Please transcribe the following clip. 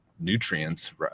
nutrients